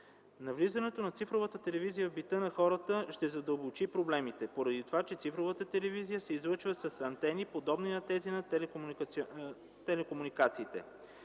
Навлизането на цифровата телевизия в бита на хората ще задълбочи проблемите поради това, че цифровата телевизия се излъчва с антени, подобни на тези на телекомуникациите.